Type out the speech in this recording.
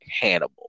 Hannibal